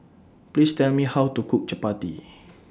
Please Tell Me How to Cook Chappati